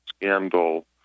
scandal